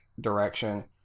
direction